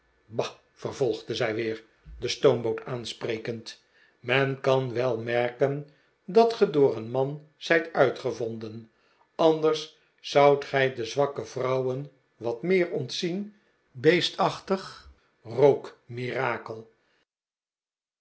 bah vervolgde zij weer de stoomboot aansprekend men kan wel merken dat ge door een man zijt uitgevonden anders zoudt gij de zwakke vrouwen wat meer ontzien beestachtig